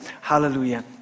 Hallelujah